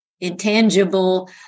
intangible